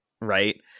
Right